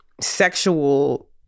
sexual